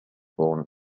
born